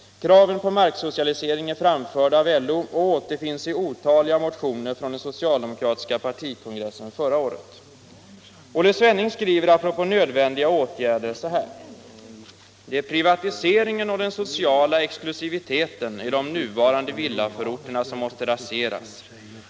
Kraven på marksocialisering är framförda av LO och återfanns i otaliga motioner till den socialdemokratiska partikongressen förra året. Olle Svenning skriver apropå nödvändiga åtgärder att: ”det är privatiseringen och den sociala exklusiviteten i de nuvarande villaförorterna som måste raseras.